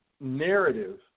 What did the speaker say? narrative